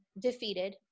defeated